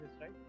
right